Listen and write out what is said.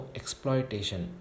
exploitation